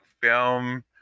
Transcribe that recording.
film